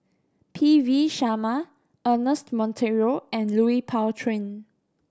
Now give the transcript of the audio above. P V Sharma Ernest Monteiro and Lui Pao Chuen